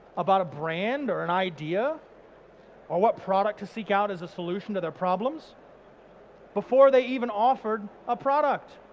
about a brand or an idea or what product to seek out as a solution to their problems before they even offered a product.